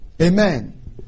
Amen